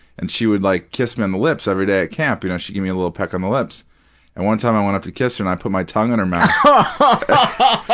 and she would, like, kiss me on the lips every day at camp. you know she'd give me a little peck on the lips. and one time, i went up to kiss her and i put my tongue in her mouth. and